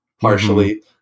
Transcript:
partially